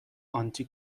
آنتی